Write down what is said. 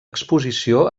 exposició